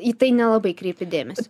į tai nelabai kreipi dėmesį